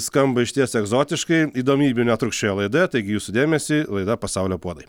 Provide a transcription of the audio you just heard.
skamba išties egzotiškai įdomybių netrūks šioje laidoje taigi jūsų dėmesiui laida pasaulio puodai